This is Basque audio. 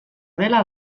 dela